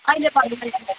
अहिले